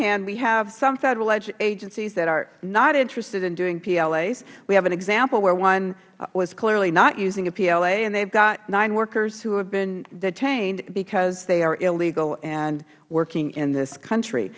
hand we have some federal agencies that are not interested in doing plas we have an example where one was clearly not using a pla and they have nine workers who have been detained because they are illegal and working in this country